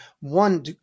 One